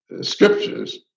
scriptures